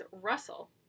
Russell